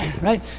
right